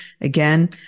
again